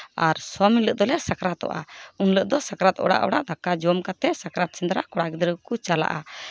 ᱟᱨ ᱥᱚᱢ ᱦᱤᱞᱳᱜ ᱫᱚᱞᱮ ᱥᱟᱠᱨᱟᱛᱚᱜᱼᱟ ᱩᱱ ᱦᱤᱞᱳᱜ ᱫᱚ ᱥᱟᱠᱨᱟᱛ ᱚᱲᱟᱜ ᱚᱲᱟᱜ ᱫᱟᱠᱟ ᱡᱚᱢ ᱠᱟᱛᱮᱫ ᱥᱟᱠᱨᱟᱛ ᱥᱮᱸᱫᱽᱨᱟ ᱠᱚᱲᱟ ᱜᱤᱫᱽᱨᱟᱹ ᱠᱚ ᱠᱚ ᱪᱟᱞᱟᱜᱼᱟ